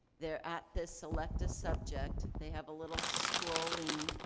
they're at the select a subject. they have a little scrolling